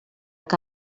que